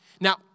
Now